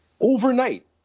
overnight